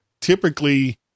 typically